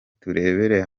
turebere